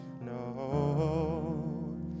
no